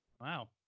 Wow